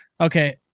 Okay